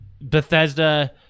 Bethesda